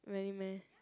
really meh